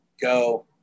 Go